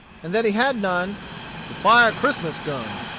and that he had none to fire christmas guns.